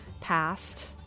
passed